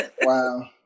Wow